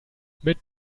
mit